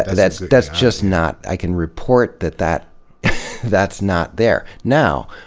and that's that's just not, i can report that that that's not there. now,